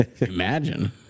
Imagine